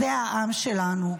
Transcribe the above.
זה העם שלנו.